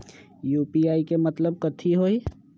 UPI के मतलब कथी होई?